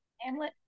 Hamlet